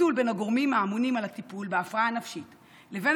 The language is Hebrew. הפיצול בין הגורמים האמונים על הטיפול בהפרעה הנפשית לבין